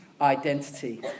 identity